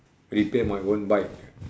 repair my own bike